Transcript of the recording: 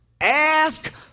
Ask